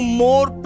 more